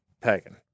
Pagan